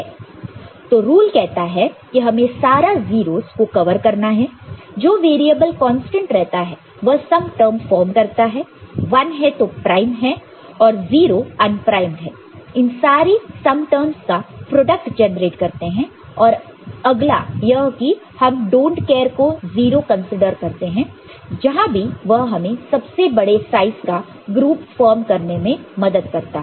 तो रूल कहता है कि हमें सारा 0's को कवर करना है जो वेरिएबल कांस्टेंट रहता है वह सम टर्म फॉर्म करता है 1 है तो प्राइम है और 0 अनप्राइमड है इन सारे सम टर्मस का प्रोडक्ट जनरेट करते हैं और अगला यह कि हम इन डोंट केयर को 0 कंसीडर करते हैं जहां भी वह हमें बड़े साइज का ग्रुप फॉर्म करने में मदद करता है